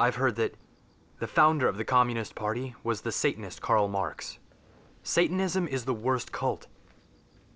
i've heard that the founder of the communist party was the satanist karl marx satanism is the worst cult